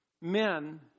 men